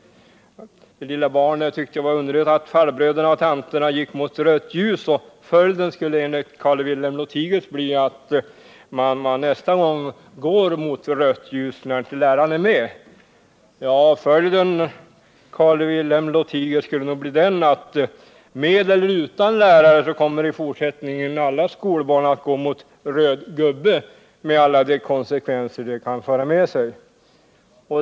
Det lilla barnet tyckte att det var underligt att farbröderna och tanterna gick mot rött ljus. Följden skulle enligt Carl-Wilhelm Lothigius bli att man nästa gång, då läraren inte är med, går mot rött ljus. Men, Carl-Wilhelm Lothigius, följden skulle nog i fortsättningen bli att alla skolbarn, med eller utan lärare, går mot röd gubbe med alla de konsekvenser som detta kan medföra.